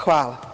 Hvala.